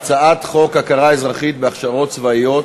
להצעת חוק הכרה אזרחית בהכשרות צבאיות,